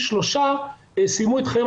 שלושה סיימו את חייהם,